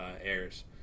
airs